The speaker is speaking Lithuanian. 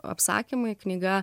apsakymai knyga